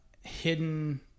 hidden